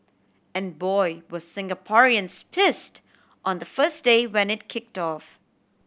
and boy were Singaporeans pissed on the first day when it kicked off